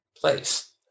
place